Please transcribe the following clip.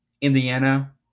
Indiana